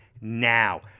now